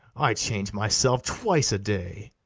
i change myself twice a-day.